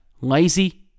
lazy